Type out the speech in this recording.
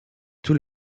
tout